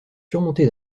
surmontée